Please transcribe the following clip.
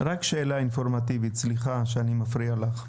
שאלה אינפורמטיבית, סליחה שאני מפריע לך.